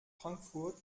frankfurt